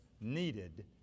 needed